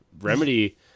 Remedy